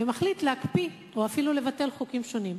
ומחליט להקפיא או אפילו לבטל חוקים שונים.